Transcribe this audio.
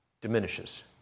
diminishes